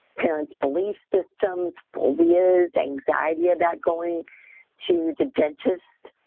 parents belief systems, phobias, anxiety about going to the dentist,